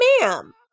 Ma'am